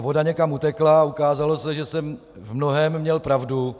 Voda někam utekla a ukázalo se, že jsem v mnohém měl pravdu.